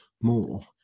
more